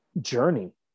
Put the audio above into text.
journey